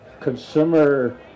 consumer